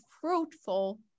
fruitful